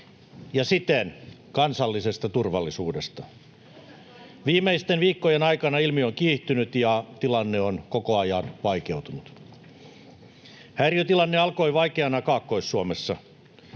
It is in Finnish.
ja siten kansallisesta turvallisuudesta. Viimeisten viikkojen aikana ilmiö on kiihtynyt ja tilanne on koko ajan vaikeutunut. Häiriötilanne alkoi vaikeana Kaakkois-Suomessa.